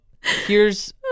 here's-